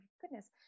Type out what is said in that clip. goodness